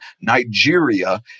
Nigeria